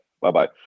Bye-bye